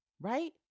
Right